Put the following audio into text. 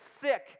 sick